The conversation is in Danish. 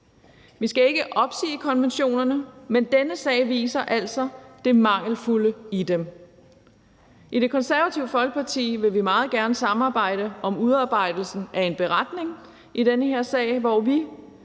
Vi skal ikke opsige konventionerne, men denne sag viser altså det mangelfulde i dem. I Det Konservative Folkeparti vil vi meget gerne samarbejde om udarbejdelsen af en beretning i den her sag, hvor vi